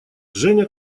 женя